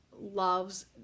loves